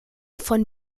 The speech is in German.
von